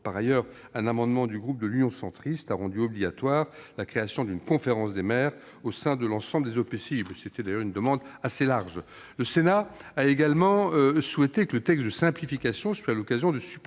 Par ailleurs, un amendement du groupe Union Centriste a rendu obligatoire la création d'une conférence des maires au sein de l'ensemble des EPCI. C'était d'ailleurs une demande assez large. Le Sénat a également souhaité que ce texte de simplification soit l'occasion de supprimer